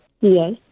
Yes